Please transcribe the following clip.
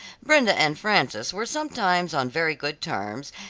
brenda and frances were sometimes on very good terms,